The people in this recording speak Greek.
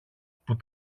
που